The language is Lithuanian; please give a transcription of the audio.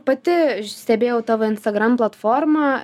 pati stebėjau tavo instagram platformą